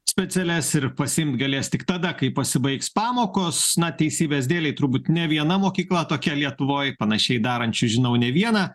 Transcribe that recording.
specialias ir pasiimt galės tik tada kai pasibaigs pamokos na teisybės dėlei turbūt ne viena mokykla tokia lietuvoj panašiai darančių žinau ne vieną